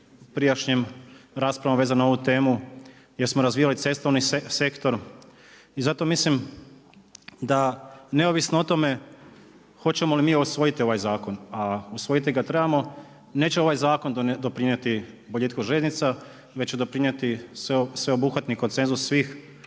prijašnjim raspravama vezano uz ovu temu gdje smo razvijali cestovni sektor i zato mislim da neovisno o tome hoćemo li mi usvojiti ovaj zakon, a usvojiti ga trebamo, neće ovaj zakon doprinijeti boljitku željeznica, već će doprinijeti sveobuhvatni konsenzus svih